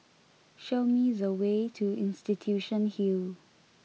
show me the way to Institution Hill